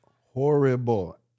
horrible